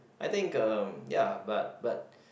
I think uh ya but but